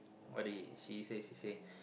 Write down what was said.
what did she say she say